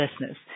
business